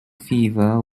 fever